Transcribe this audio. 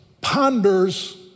ponders